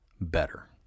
better